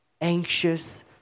anxious